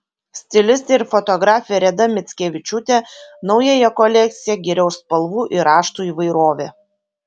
stilistė ir fotografė reda mickevičiūtė naująją kolekciją giria už spalvų ir raštų įvairovę